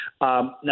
Now